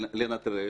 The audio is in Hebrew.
לנטרל.